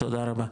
תודה רבה.